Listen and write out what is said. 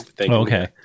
Okay